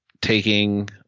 taking